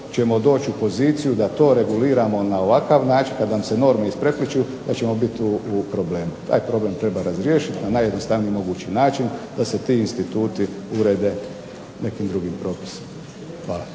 ćemo doći u poziciju da to reguliramo na ovakav način kada nam se norme isprepliću da ćemo biti u problemu. Taj problem treba razriješiti na najjednostavniji mogući način da se ti instituti urede nekim drugim propisom. Hvala.